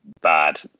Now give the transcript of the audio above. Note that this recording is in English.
bad